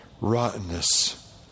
rottenness